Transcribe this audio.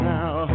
now